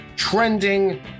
Trending